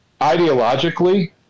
ideologically